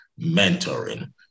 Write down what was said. mentoring